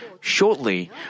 shortly